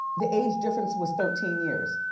the age difference was thirteen years.